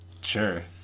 Sure